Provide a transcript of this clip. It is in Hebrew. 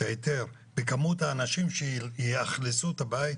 את ההיתר בכמות האנשים שיאכלסו את הבית?